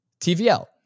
TVL